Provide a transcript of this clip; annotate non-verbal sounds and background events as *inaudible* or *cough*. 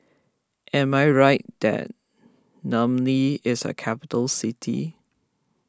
am I right that *unintelligible* is a capital city